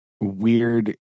weird